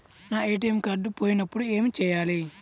నా ATM card పోయినప్పుడు ఏమి చేయాలి?